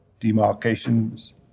Demarcations